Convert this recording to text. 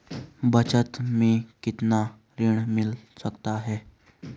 बचत मैं कितना ऋण मिल सकता है?